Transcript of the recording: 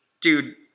Dude